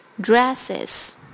Dresses